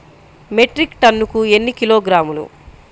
Metric టన్నుకు ఎన్ని కిలోగ్రాములు?